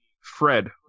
Fred